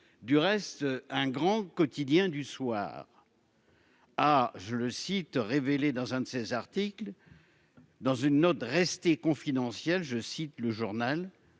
du reste un grand quotidien du soir. Ah je le cite, révélé dans un de ses articles. Dans une note restée confidentielle. Je cite le journal